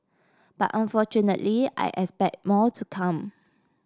but unfortunately I expect more to come